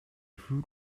food